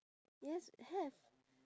yes have